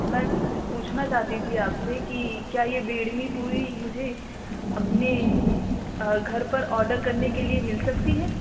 میں پوچھنا چاہتی تھی آپ سے کہ کیا یہ بیڈمی پوڑی مجھے اپنے گھر پر آڈر کرنے کے لیے مل سکتی ہے